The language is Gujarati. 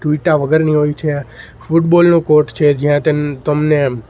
ટૂટ્યા વગરની હોય છે ફૂટબોલનું કોર્ટ છે જ્યાં ત્યાં તમને